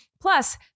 plus